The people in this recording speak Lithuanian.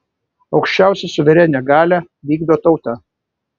aukščiausią suverenią galią vykdo tauta